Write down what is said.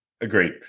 Agreed